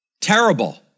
Terrible